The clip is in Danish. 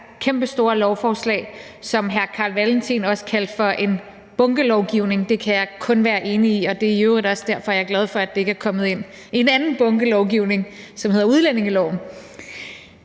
det her kæmpestore lovforslag, som hr. Carl Valentin også kaldte for en bunkelovgivning. Det kan jeg kun være enig i, og det er i øvrigt også derfor, at jeg er glad for, at det ikke er kommet ind i en anden bunkelovgivning, som hedder udlændingeloven.